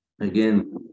Again